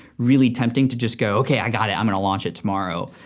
really tempting to just go okay i got it, i'm gonna launch it tomorrow.